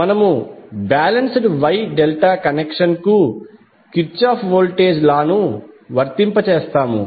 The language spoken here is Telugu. మనము బాలన్స్డ్ Y డెల్టా కనెక్షన్ కు కిర్చాఫ్స్ వోల్టేజ్ లా ని వర్తింపజేస్తాము